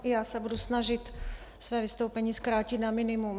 I já se budu snažit své vystoupení zkrátit na minimum.